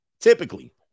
Typically